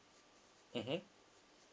mmhmm